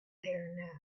there